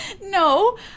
No